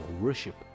worship